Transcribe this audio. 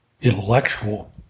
intellectual